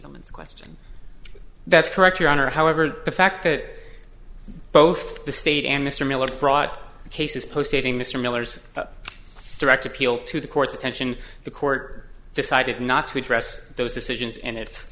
judgments question that's correct your honor however the fact that both the state and mr miller brought cases post dating mr miller's direct appeal to the court's attention the court decided not to address those decisions and it